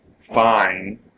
fine